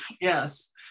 Yes